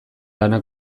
lana